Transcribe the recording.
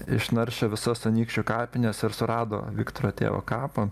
išnaršė visas anykščių kapines ir surado viktoro tėvo kapą